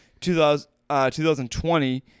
2020